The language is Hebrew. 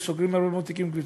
סוגרים להם תיקים,